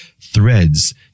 threads